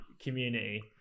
community